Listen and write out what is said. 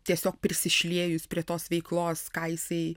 tiesiog prisišliejus prie tos veiklos ką jisai